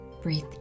Breathe